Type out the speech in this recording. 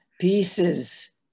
pieces